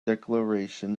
declaration